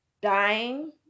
dying